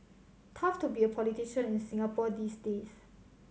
tough to be a politician in Singapore these days